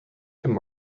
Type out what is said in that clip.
could